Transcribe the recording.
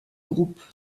groupe